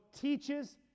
teaches